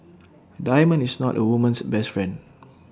A diamond is not A woman's best friend